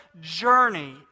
journey